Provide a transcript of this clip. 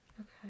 Okay